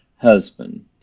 husband